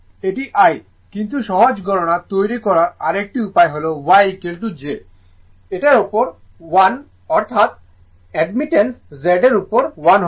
এটি I কিন্তু সহজ গণনা তৈরি করার আরেকটি উপায় হল Y j এর উপর 1 অর্থাৎ অ্যাডমিটেন্স z এর উপর 1 হবে